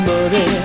Money